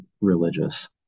religious